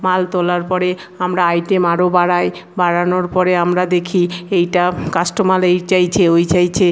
মাল তোলার পরে আমি আইটেম আরও বাড়াই বাড়ানোর পরে আমরা দেখি এইটা কাস্টোমার এই চাইছে ওই চাইছে